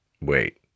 wait